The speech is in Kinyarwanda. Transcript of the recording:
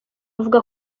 avuga